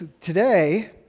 today